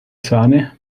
sahne